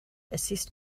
assist